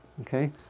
Okay